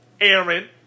Aaron